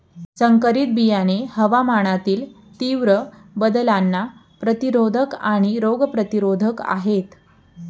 संकरित बियाणे हवामानातील तीव्र बदलांना प्रतिरोधक आणि रोग प्रतिरोधक आहेत